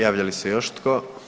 Javlja li se još tko?